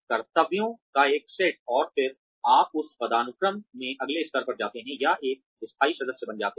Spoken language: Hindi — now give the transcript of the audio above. कर्तव्यों का एक सेट और फिर आप उस पदानुक्रम में अगले स्तर पर जाते हैं या एक स्थायी सदस्य बन जाते हैं